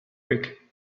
weg